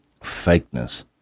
fakeness